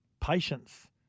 patience